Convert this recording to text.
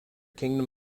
kingdom